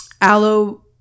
aloe